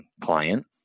client